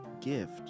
gift